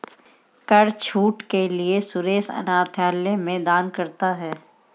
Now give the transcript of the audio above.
कर छूट के लिए सुरेश अनाथालय में दान करता है